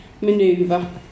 Maneuver